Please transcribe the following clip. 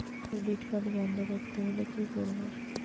Credit card বন্ধ করতে হলে কি করব?